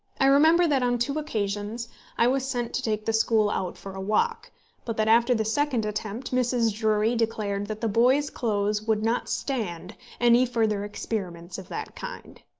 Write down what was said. i remember that on two occasions i was sent to take the school out for a walk but that after the second attempt mrs. drury declared that the boys' clothes would not stand any further experiments of that kind.